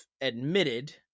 admitted